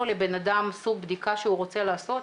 לבן אדם סוג בדיקה שהוא רוצה לעשות,